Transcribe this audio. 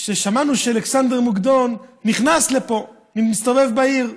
שמענו שאלכסנדר מוקדון נכנס לפה ומסתובב בעיר.